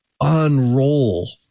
unroll